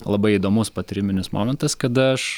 labai įdomus patyriminis momentas kada aš